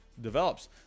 develops